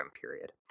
period